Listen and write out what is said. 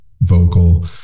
vocal